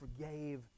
forgave